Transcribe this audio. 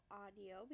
audio